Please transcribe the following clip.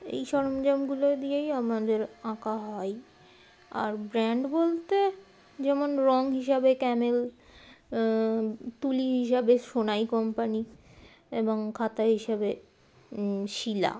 এই সরঞ্জামগুলো দিয়েই আমাদের আঁকা হয় আর ব্র্যান্ড বলতে যেমন রঙ হিসাবে ক্যামেল তুলি হিসাবে সোনাই কোম্পানি এবং খাতা হিসাবে শিলা